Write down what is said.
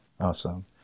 Awesome